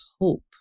hope